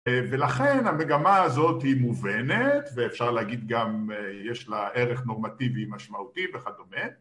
ולכן המגמה הזאת היא מובנת ואפשר להגיד גם יש לה ערך נורמטיבי משמעותי וכדומה